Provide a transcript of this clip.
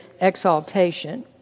exaltation